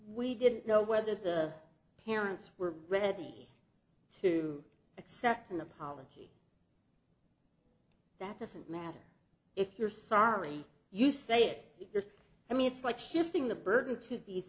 we didn't know whether the parents were ready to accept an apology that doesn't matter if you're sorry you say it i mean it's like shifting the burden to